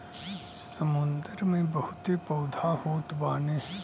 समुंदर में बहुते पौधा होत बाने